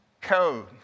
Code